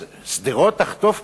אז שדרות תחטוף "קסאמים"